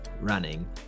running